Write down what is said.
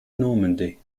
normandy